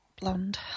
blonde